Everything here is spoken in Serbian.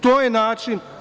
To je način.